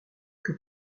que